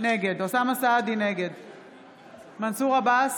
נגד מנסור עבאס,